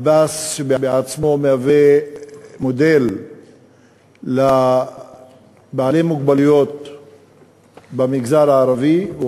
עבאס בעצמו מהווה מודל לבעלי מוגבלות במגזר הערבי.